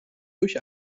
durch